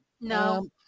No